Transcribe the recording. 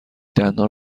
دندان